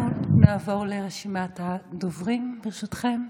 נעבור לרשימת הדוברים, ברשותכם.